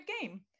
game